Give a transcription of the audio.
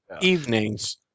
Evenings